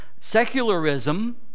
Secularism